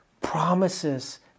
promises